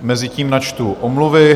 Mezitím načtu omluvy.